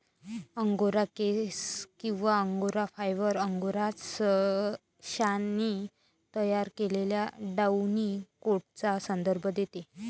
angora केस किंवा angora fibre, angora सशाने तयार केलेल्या डाउनी कोटचा संदर्भ देते